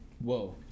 Whoa